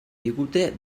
digute